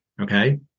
Okay